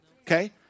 Okay